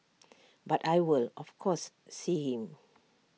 but I will of course see him